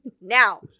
Now